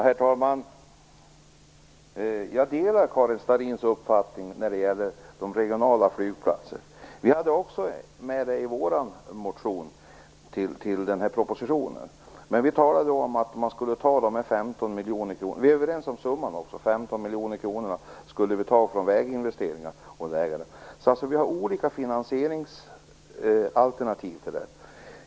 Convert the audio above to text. Herr talman! Jag delar Karin Starrins uppfattning om regionala flygplatser. Vi hade också med det i vår motion till den här propositionen, men vi talade om att man skulle ta de här 15 miljonerna kronor - vi är överens om summan också - från väginvesteringar. Vi har alltså olika finansieringsalternativ för detta.